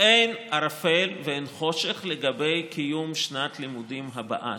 אין ערפל ואין חושך בדבר קיום שנת הלימודים הבאה.